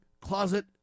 closet